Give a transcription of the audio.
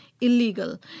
illegal